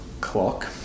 clock